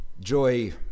joy